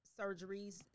surgeries